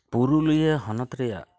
ᱯᱩᱨᱩᱞᱤᱭᱟᱹ ᱦᱚᱱᱚᱛ ᱨᱮᱭᱟᱜ